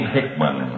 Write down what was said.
Hickman